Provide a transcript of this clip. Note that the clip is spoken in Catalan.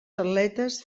atletes